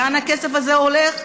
לאן הכסף הזה הולך?